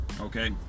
okay